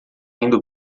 indo